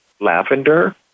lavender